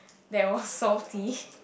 that was salty